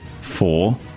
four